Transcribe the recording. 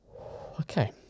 Okay